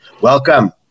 Welcome